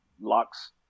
locks